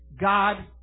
God